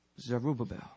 Zerubbabel